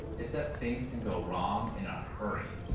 it's that things can go wrong in a hurry.